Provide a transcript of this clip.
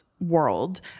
world